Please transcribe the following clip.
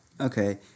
Okay